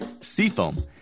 Seafoam